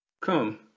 Come